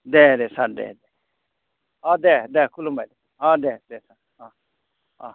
दे दे सार दे अ दे दे खुलुमबाय अ दे दे अ अ